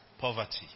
poverty